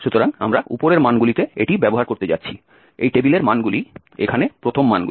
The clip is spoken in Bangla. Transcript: সুতরাং আমরা উপরের মানগুলিতে এটি ব্যবহার করতে যাচ্ছি টেবিলের মানগুলি এখানে প্রথম মানগুলি